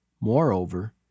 Moreover